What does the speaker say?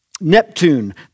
Neptune